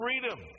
freedom